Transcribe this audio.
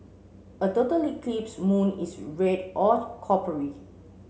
a totally eclipse moon is red or coppery